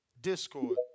Discord